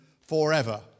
forever